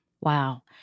Wow